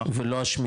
כן.